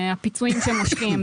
לפיצויים שמושכים,